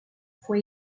fue